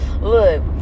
look